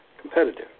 competitive